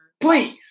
Please